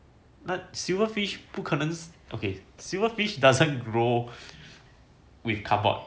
but silver fish 不可能 okay silver fish doesn't grow with cardboard